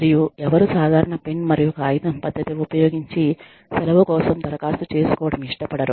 మరియు ఎవరు సాధారణ పెన్ మరియు కాగితం పద్ధతి ఉపయోగించి సెలవు కోసం దరఖాస్తు చేసుకోవడం ఇష్టపడరో